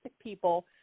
people